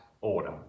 order